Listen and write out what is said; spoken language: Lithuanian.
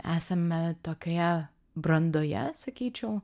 esame tokioje brandoje sakyčiau